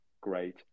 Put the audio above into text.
great